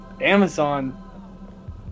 Amazon